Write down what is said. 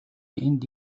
энд